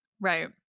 right